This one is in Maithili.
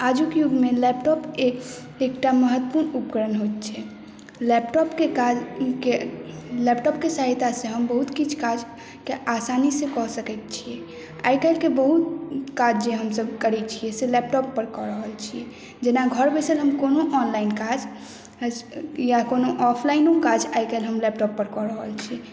आजुक युग मे लैपटॉप एकटा महत्वपूर्ण उपकरण होयत छै लैपटॉपके काज के लैपटॉपके सहायता से हम बहुत किछु काज के आसानी से कऽ सकैत छियै आइ काल्हिके बहुत काज जे हमसब करै छियै से लैपटॉप पर कऽ रहल छियै जेना घर बैसल हम कोनो ऑनलाइन काज या कोनो ऑफलाइनो काज आइ काल्हि हम लैपटॉप पर कऽ रहल छी